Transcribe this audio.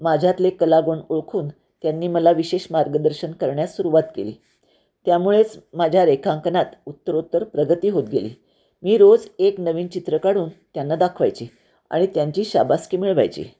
माझ्यातले कलागुण ओळखून त्यांनी मला विशेष मार्गदर्शन करण्यास सुरवात केली त्यामुळेच माझ्या रेखांकनात उत्तरोत्तर प्रगती होत गेली मी रोज एक नवीन चित्र काढून त्यांना दाखवायचे आणि त्यांची शाबासकी मिळवायची